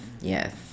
Yes